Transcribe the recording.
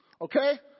Okay